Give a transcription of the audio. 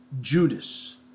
Judas